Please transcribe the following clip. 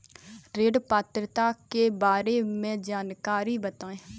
ऋण पात्रता के बारे में जानकारी बताएँ?